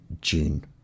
June